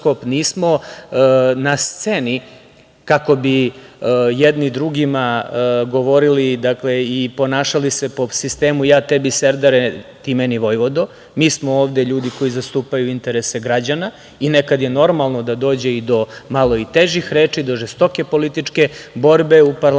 nismo na sceni, kako bi jedni drugima govorili i ponašali se po sistemu – ja tebi serdare, ti meni vojvodo. Mi smo ovde ljudi koji zastupaju interese građana i nekad je normalno da dođe i do malo težih reči, do žestoke političke borbe u parlamentu,